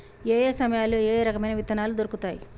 ఏయే సమయాల్లో ఏయే రకమైన విత్తనాలు దొరుకుతాయి?